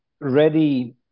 ready